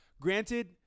Granted